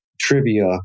trivia